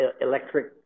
electric